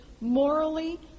morally